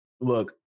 look